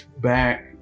back